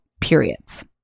periods